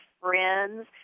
friends